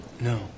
No